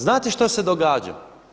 Znate što se događa?